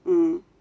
mm